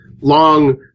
long